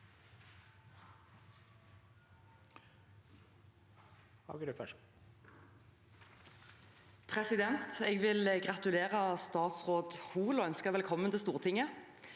Jeg vil gratulere statsråd Hoel og ønske velkommen til Stortinget.